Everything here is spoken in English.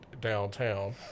downtown